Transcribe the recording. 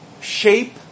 shape